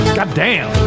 Goddamn